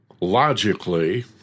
logically